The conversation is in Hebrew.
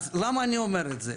למה אני אומר את זה?